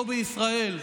פה בישראל,